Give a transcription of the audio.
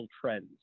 trends